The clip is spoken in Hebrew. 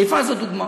חיפה זה דוגמה.